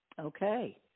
Okay